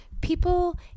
People